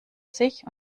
sich